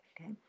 okay